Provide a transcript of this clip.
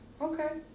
okay